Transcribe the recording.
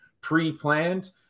pre-planned